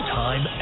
time